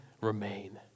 remain